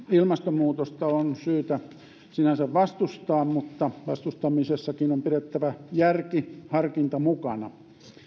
ilmastonmuutosta on sinänsä syytä vastustaa mutta vastustamisessakin on pidettävä järki ja harkinta mukana